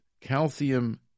calcium